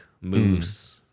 moose